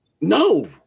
No